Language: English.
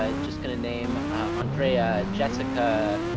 ah just gonna name andrea, jessica,